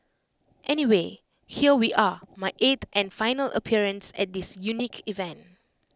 anyway here we are my eighth and final appearance at this unique event